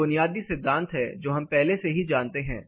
ये बुनियादी सिद्धांत हैं जो हम पहले से ही जानते हैं